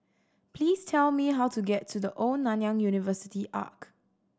please tell me how to get to The Old Nanyang University Arch